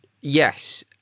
Yes